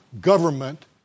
government